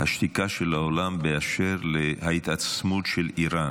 השתיקה של העולם באשר להתעצמות של איראן